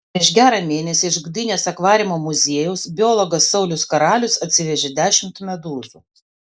prieš gerą mėnesį iš gdynės akvariumo muziejaus biologas saulius karalius atsivežė dešimt medūzų